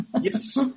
Yes